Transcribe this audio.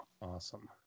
Awesome